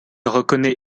reconnaît